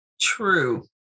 True